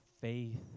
faith